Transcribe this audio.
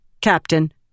Captain